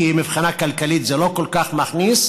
כי מבחינה כלכלית זה לא כל כך מכניס,